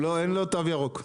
אין לו תו ירוק.